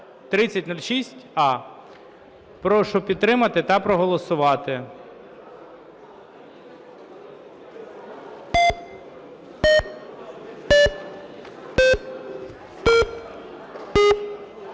Прошу підтримати та проголосувати.